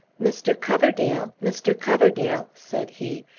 mr. coverdale mr. coverdale! said he,